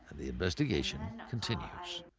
the investigation continues.